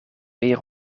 weer